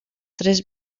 tres